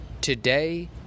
Today